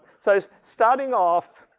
so starting off,